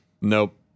Nope